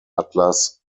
atlas